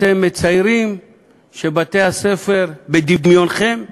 אתם מציירים בדמיונכם שבתי-הספר,